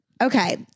Okay